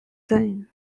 zinn